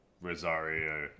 Rosario